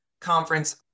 conference